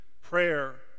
prayer